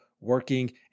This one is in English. working